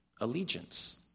allegiance